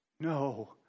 no